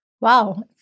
Wow